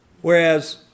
Whereas